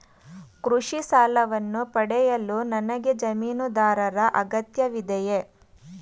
ಕೃಷಿ ಸಾಲವನ್ನು ಪಡೆಯಲು ನನಗೆ ಜಮೀನುದಾರರ ಅಗತ್ಯವಿದೆಯೇ?